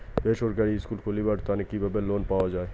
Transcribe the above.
বেসরকারি স্কুল খুলিবার তানে কিভাবে লোন পাওয়া যায়?